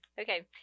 Okay